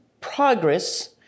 progress